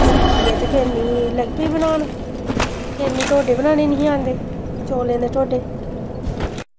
सिक्खियै ते फिर में लग्गी पेई बनान ते फिर मिगी टोड्डे बनाने निं हे आंदे चौलें दे टोड्डे